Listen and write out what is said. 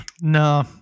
No